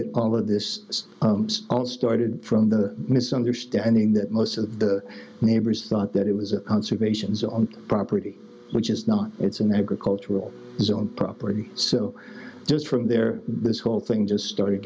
it all of this all started from the misunderstanding that most of the neighbors thought that it was a conservation zone property which is not it's an agricultural zone property so just from there this whole thing just started